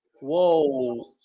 Whoa